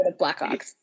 Blackhawks